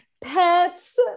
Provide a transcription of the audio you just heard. pets